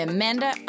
Amanda